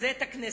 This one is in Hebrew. מבזה את הכנסת,